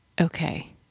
Okay